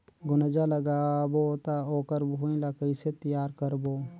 गुनजा लगाबो ता ओकर भुईं ला कइसे तियार करबो?